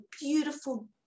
beautiful